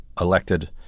elected